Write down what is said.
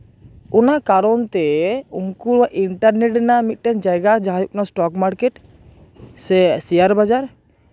ᱚᱱᱟ ᱠᱟᱨᱚᱱ ᱛᱮ ᱩᱱᱠᱩᱣᱟᱜ ᱤᱱᱴᱟᱨᱱᱮᱴ ᱨᱮᱱᱟᱜ ᱢᱤᱫᱴᱟᱱ ᱡᱟᱭᱜᱟ ᱡᱟᱦᱟᱸ ᱦᱩᱭᱩᱜ ᱠᱟᱱᱟ ᱥᱴᱚᱠ ᱢᱟᱨᱠᱮᱴ ᱥᱮ ᱥᱮᱭᱟᱨ ᱵᱟᱡᱟᱨ